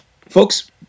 Folks